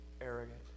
arrogant